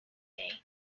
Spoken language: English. day